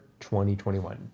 2021